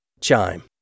Chime